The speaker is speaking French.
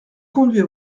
conduit